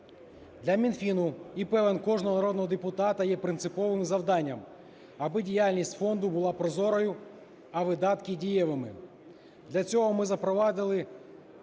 Для Мінфіну і, певен, кожного народного депутата є принциповим завданням, аби діяльність фонду була прозорою, а видатки дієвими. Для цього ми запровадили